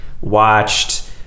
watched